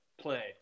play